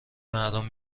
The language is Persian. مردم